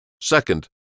Second